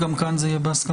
גם כאן זה יהיה בהסכמה.